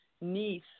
niece